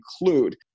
include